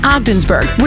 Ogdensburg